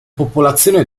popolazione